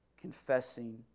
confessing